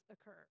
occur